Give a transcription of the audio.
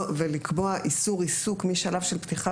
אני חושבת שקביעת איסור עיסוק משלב של פתיחה